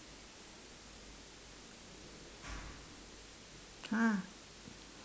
!huh!